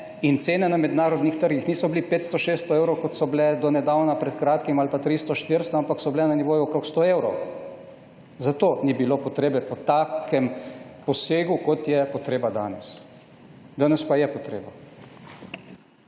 ne. Cene na mednarodnih trgih niso bile 500, 600 evrov, kot so bile do pred kratkim, ali pa 300, 400, ampak so bile na nivoju okoli 100 evrov. Zato ni bilo potrebe po takem posegu, kot je potreba danes. Danes pa je potreba.